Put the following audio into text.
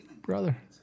Brother